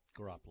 Garoppolo